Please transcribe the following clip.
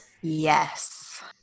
Yes